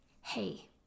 hey